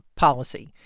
policy